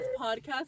podcast